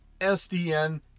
sdn